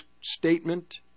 statement